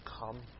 come